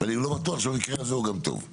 ואני לא בטוח במקרה הזה שהוא גם טוב.